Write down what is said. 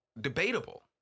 debatable